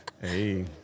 Hey